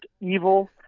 evil